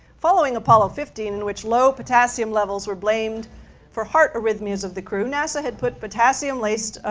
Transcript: following apollo fifteen, in which low potassium levels were blamed for heart arrhythmias of the crew, nasa had put potassium-laced,